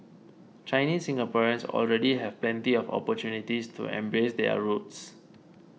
Chinese Singaporeans already have plenty of opportunities to embrace their roots